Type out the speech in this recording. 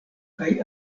kaj